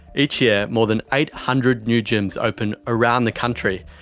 each year more than eight hundred new gyms open around the country,